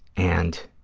and